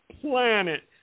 planet